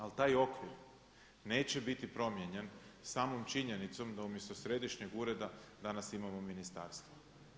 Ali taj okvir neće biti promijenjen samom činjenicom da umjesto središnjeg ureda danas imamo ministarstvo.